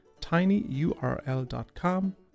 tinyurl.com